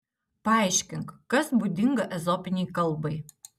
paaiškink kas būdinga ezopinei kalbai